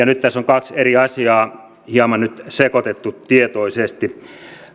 nyt tässä on kaksi eri asiaa hieman sekoitettu tietoisesti